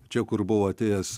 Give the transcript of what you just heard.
čia kur buvo atėjęs